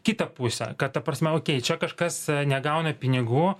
kitą pusę kad ta prasme okei čia kažkas negauna pinigų